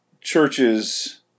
churches